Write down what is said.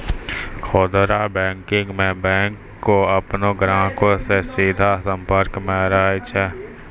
खुदरा बैंकिंग मे बैंक अपनो ग्राहको से सीधा संपर्क मे रहै छै